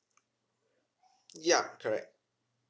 ya correct